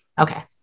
Okay